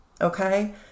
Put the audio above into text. okay